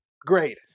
great